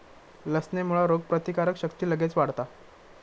लसणेमुळा रोगप्रतिकारक शक्ती लगेच वाढता